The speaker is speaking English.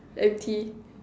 M_T